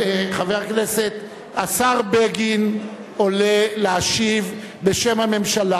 השר בגין עולה להשיב בשם הממשלה.